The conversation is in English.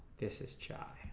this is childs